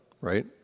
right